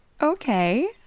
Okay